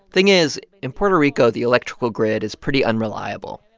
thing is, in puerto rico, the electrical grid is pretty unreliable,